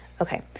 Okay